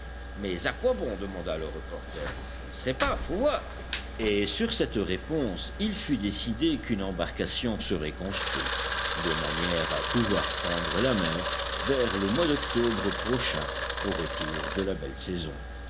mais à quoi bon demanda le reporter on ne sait pas faut voir et sur cette réponse il fut décidé qu'une embarcation serait construite de manière à pouvoir prendre la mer vers le mois d'octobre prochain au retour de la belle saison